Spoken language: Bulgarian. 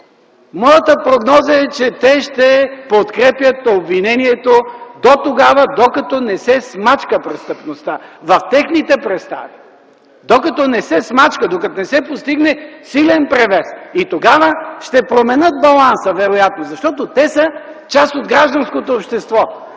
Моята прогноза е, че те ще подкрепят обвинението дотогава, докато не се смачка престъпността в техните представи, докато не се постигне силен превес. И тогава вероятно ще променят баланса, защото те са част от гражданското общество.